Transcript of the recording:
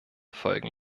folgen